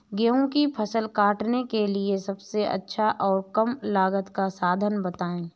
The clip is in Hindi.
गेहूँ की फसल काटने के लिए सबसे अच्छा और कम लागत का साधन बताएं?